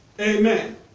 Amen